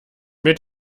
mit